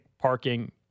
parking